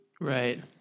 right